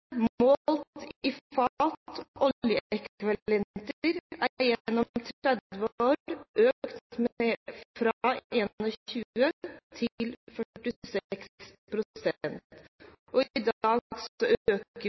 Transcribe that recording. målt i fat oljeekvivalenter, er gjennom 30 år økt fra 21 til 46 pst. I dag øker vi